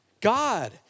God